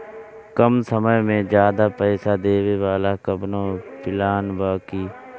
कम समय में ज्यादा पइसा देवे वाला कवनो प्लान बा की?